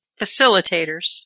facilitators